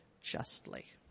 justly